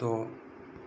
द'